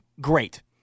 great